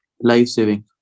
life-saving